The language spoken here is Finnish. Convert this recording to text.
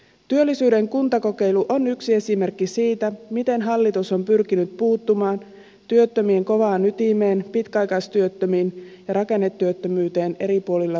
työllisyyden kuntakokeilu on yksi esimerkki siitä miten hallitus on pyrkinyt puuttumaan työttömien kovaan ytimeen pitkäaikaistyöttömiin ja rakennetyöttömyyteen eri puolilla suomea